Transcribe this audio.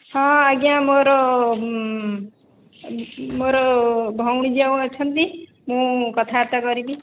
ହଁ ଆଜ୍ଞା ମୋର ମୋର ଭଉଣୀ ଯେଉଁ ଅଛନ୍ତି ମୁଁ କଥାବାର୍ତ୍ତା କରିବି